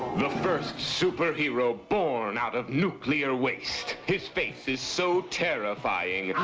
the first superhero born out of nuclear waste. his face is so terrifying.